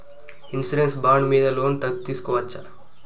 Insurance bond మీద loan తీస్కొవచ్చా?